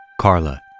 Carla